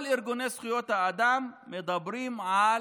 כל ארגוני זכויות האדם מדברים על